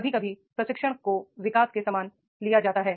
कभी कभी प्रशिक्षण को विकास के समान लिया जाता है